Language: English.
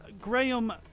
Graham